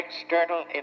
external